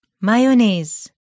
Mayonnaise